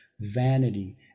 vanity